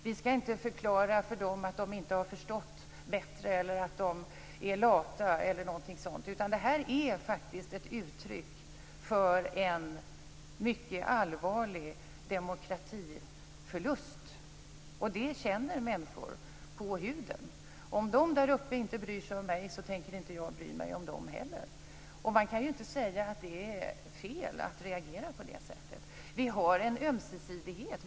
Vi skall inte förklara för dem att de inte har förstått bättre eller att de är lata. Det här är ett uttryck för en mycket allvarlig demokratiförlust. Det känner människor på huden: Om de däruppe inte bryr sig om mig, tänker inte jag bry mig om dem. Man kan inte säga att det är fel att reagera på det sättet.